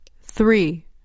Three